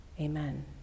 Amen